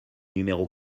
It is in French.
numéro